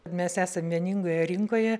mes esam vieningoje rinkoje